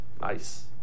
nice